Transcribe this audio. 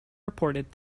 reported